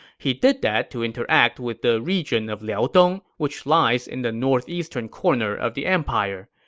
he did that to interact with the region of liaodong, which lies in the northeastern corner of the empire.